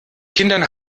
kindern